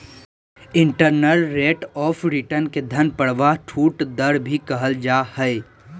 internal rate of return के धन प्रवाह छूट दर भी कहल जा हय